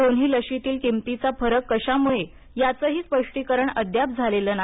दोन्ही लशीतील किमतीचा फरक कशामुळे याचंही स्पष्टीकरण अद्याप झालेलं नाही